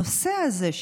הנושא הזה,